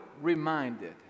Reminded